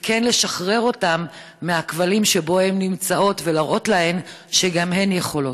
וכן נשחרר אותן מהכבלים שבהם הן נמצאות ונראה להן שגם הן יכולות.